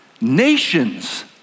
Nations